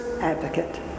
advocate